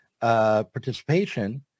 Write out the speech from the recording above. participation